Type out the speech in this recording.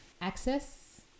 access